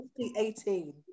2018